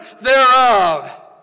thereof